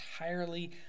entirely